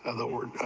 ah the word,